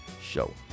show